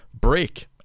break